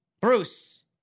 Bruce